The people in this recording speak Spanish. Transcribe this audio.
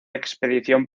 expedición